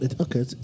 Okay